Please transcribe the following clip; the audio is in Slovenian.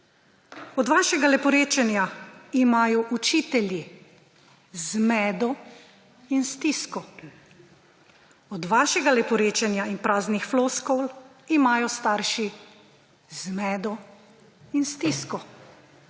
od vašega leporečenja imajo učitelji zmedo in stisko, od vašega leporečenja in praznih floskul imajo starši zmedo in stisko,